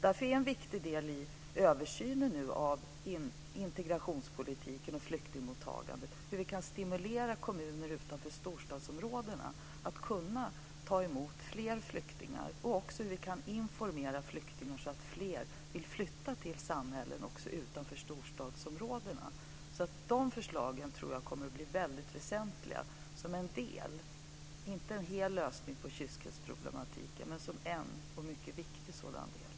Därför är en viktig del i översynen av integrationspolitiken och flyktingmottagandet nu hur vi kan stimulera kommuner utanför storstadsområdena att ta emot fler flyktingar och även hur vi kan informera flyktingar så att fler vill flytta till samhällen också utanför storstadsområdena. De förslagen tror jag kommer att bli väsentliga som en viktig del av en lösning - men inte en hel lösning - på kyskhetsproblematiken.